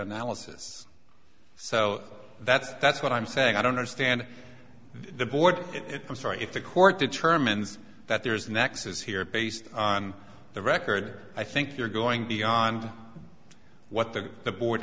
analysis so that's that's what i'm saying i don't understand the board i'm sorry if the court determines that there's a nexus here based on the record i think you're going beyond what the the board